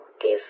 give